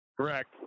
Correct